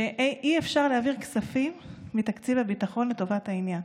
מצה"ל שאי-אפשר להעביר כספים מתקציב הביטחון לטובת העניין,